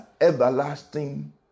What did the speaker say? everlasting